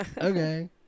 okay